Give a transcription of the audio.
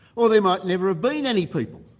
or there might never have been any people.